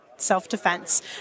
Self-defense